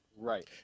Right